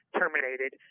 terminated